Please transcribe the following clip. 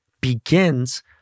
begins